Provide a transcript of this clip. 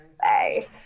Bye